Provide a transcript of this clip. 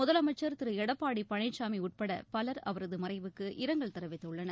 முதலமைச்சர் திருளடப்பாடிபழனிசாமிஉட்படபலர் அவரதுமறைவுக்கு இரங்கல் தெரிவித்துள்ளனர்